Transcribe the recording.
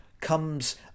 comes